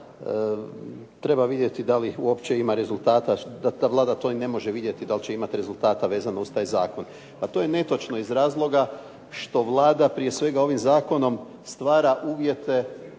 treba vidjeti da li uopće ima rezultata, da ta Vlada to i ne može vidjeti dal će imat rezultata vezano za taj zakon. Pa to je netočno iz razloga što Vlada prije svega ovim zakonom stvara uvjete